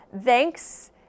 thanks